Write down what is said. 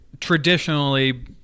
traditionally